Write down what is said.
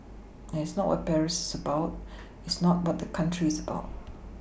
and it's not what Paris is about it's not what that country is about